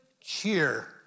cheer